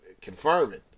confirming